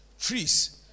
trees